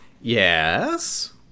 Yes